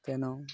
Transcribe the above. ତେଣୁ